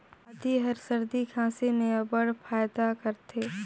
आदी हर सरदी खांसी में अब्बड़ फएदा करथे